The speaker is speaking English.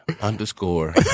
underscore